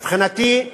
מבחינתי,